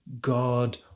God